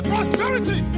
Prosperity